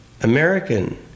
American